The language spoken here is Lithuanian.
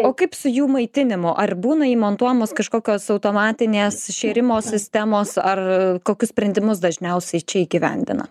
o kaip su jų maitinimu ar būna įmontuojamos kažkokios automatinės šėrimo sistemos ar kokius sprendimus dažniausiai čia įgyvendina